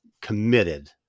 committed